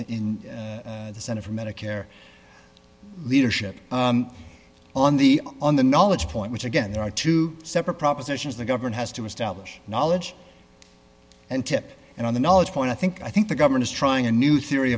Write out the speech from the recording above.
in the center for medicare leadership on the on the knowledge point which again there are two separate propositions the government has to establish knowledge and tip and on the knowledge point i think i think the government is trying a new theory